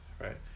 right